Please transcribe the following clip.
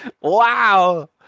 Wow